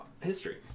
History